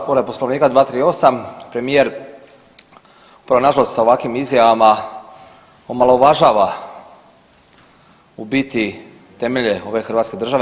Povreda Poslovnika 238. premijer upravo nažalost sa ovakvim izjavama omalovažava u biti temelje ove Hrvatske države.